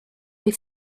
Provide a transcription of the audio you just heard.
les